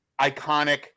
iconic